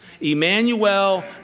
Emmanuel